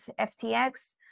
FTX